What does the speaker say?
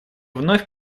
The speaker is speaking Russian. вновь